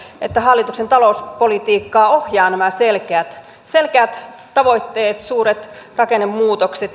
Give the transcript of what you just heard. että hallituksen talouspolitiikkaa ohjaavat nämä selkeät selkeät tavoitteet suuret rakennemuutokset